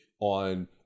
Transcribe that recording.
on